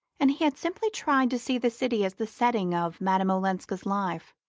and he had simply tried to see the city as the setting of madame olenska's life.